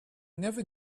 never